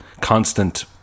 constant